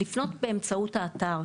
לפנות באמצעות האתר.